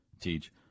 Teach